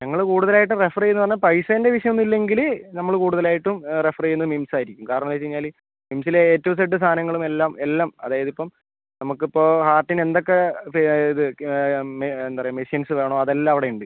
ഞങ്ങൾ കൂടുതൽ ആയിട്ടും റഫർ ചെയ്യുന്നത് പറഞ്ഞാൽ പൈസേന്റ വിഷയം ഒന്നും ഇല്ലെങ്കിൽ നമ്മൾ കൂടുതലായിട്ടും റഫർ ചെയ്യുന്നത് മിംസ് ആയിരിക്കും കാരണം വെച്ച് കഴിഞ്ഞാൽ മിംസിലെ എ ടു ഇസഡ് സാധനങ്ങളും എല്ലാം എല്ലാം അതായത് ഇപ്പം നമുക്ക് ഇപ്പോൾ ഹാർട്ടിന് എന്തൊക്കെ ഇത് എന്താണ് പറയുക മഷീൻസ് വേണം അതെല്ലാം അവിടെ ഉണ്ട്